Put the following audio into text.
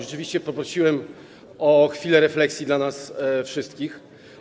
Rzeczywiście poprosiłem o chwilę refleksji dla nas wszystkich.